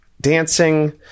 dancing